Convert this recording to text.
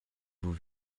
vous